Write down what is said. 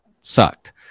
sucked